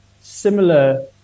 similar